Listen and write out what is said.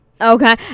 Okay